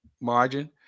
margin